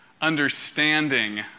understanding